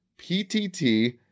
PTT